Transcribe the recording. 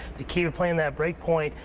the key to playing that break point,